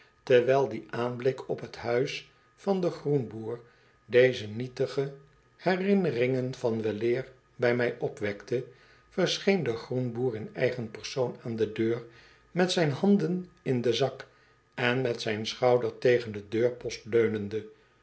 terwijl die aanblik op t huis van den groenboer deze nietige herinneringen van weleer bij mij opwekte verscheen de groenboer in eigen persoon aan de deur met zijn handen in den zak en met zijn schouder tegen den deurpost leunende